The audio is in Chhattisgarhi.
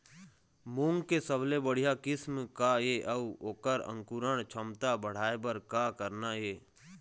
मूंग के सबले बढ़िया किस्म का ये अऊ ओकर अंकुरण क्षमता बढ़ाये बर का करना ये?